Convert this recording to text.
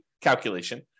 calculation